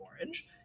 orange